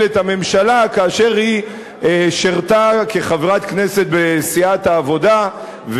את הממשלה כאשר היא שירתה כחברת כנסת בסיעת העבודה,